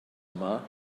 yma